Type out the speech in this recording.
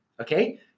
Okay